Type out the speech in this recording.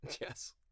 Yes